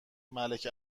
ملک